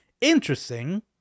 interesting